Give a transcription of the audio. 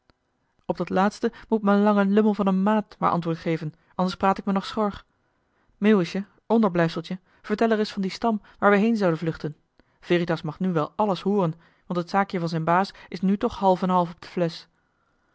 op dat laatste moet m'n lange lummel van een maat maar antwoord geven anders praat ik me nog schor meeuwisje onderblijfseltje vertel ereis van dien stam waar we heen zouden vluchten veritas mag nu wel àlles hooren want t zaakje van zijn baas is nu toch half en half